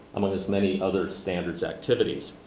among his many other standards activities.